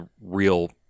real